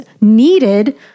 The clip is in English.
needed